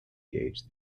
gauge